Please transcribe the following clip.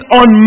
on